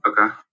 Okay